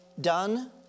done